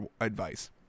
advice